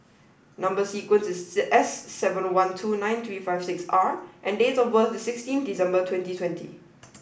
number sequence is S seven one two nine three five six R and date of birth is sixteen December twenty twenty